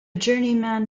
journeyman